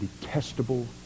detestable